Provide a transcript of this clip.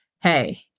Hey